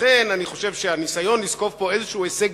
ולכן אני חושב שהניסיון לזקוף פה איזה הישג